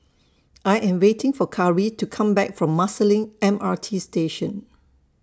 I Am waiting For Kari to Come Back from Marsiling M R T Station